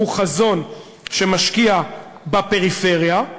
חזון שמשקיע בפריפריה,